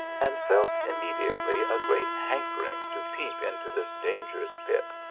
and felt immediately a great hankering to peep into this dangerous pit.